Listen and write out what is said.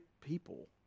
people